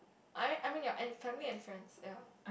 I I mean your fam~ family and friends ya